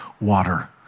water